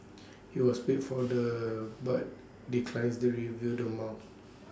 he was paid for the but declines to reveal the amount